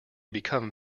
become